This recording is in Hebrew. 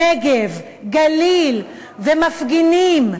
נגב, גליל, מפגינים.